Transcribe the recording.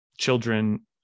children